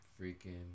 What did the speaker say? freaking